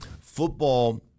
Football